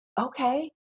okay